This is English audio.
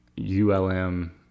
ULM